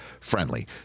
friendly